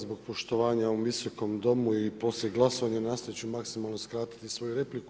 Zbog poštovanja ovom Visokom domu i poslije glasovanja nastojati ću maksimalno skratiti svoju repliku.